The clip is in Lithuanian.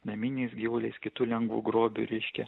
naminiais gyvuliais kitu lengvu grobiu reiškia